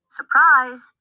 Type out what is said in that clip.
Surprise